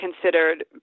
considered